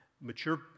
mature